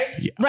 right